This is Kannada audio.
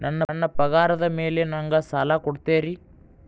ನನ್ನ ಪಗಾರದ್ ಮೇಲೆ ನಂಗ ಸಾಲ ಕೊಡ್ತೇರಿ?